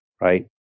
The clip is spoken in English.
right